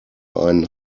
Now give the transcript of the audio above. einen